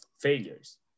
failures